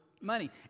money